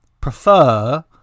prefer